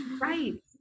Right